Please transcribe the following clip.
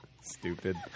Stupid